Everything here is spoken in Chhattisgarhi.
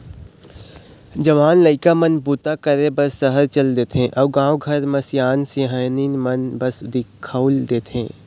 जवान लइका मन बूता करे बर सहर चल देथे अउ गाँव घर म सियान सियनहिन मन बस दिखउल देथे